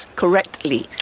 correctly